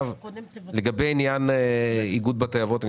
לגבי עניין איגוד בתי האבות,